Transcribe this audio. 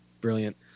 Brilliant